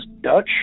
Dutch